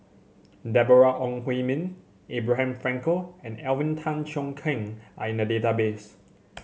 Deborah Ong Hui Min Abraham Frankel and Alvin Tan Cheong Kheng are in the database